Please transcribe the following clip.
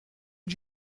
que